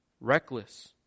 reckless